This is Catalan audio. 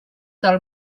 del